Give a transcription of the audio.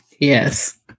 Yes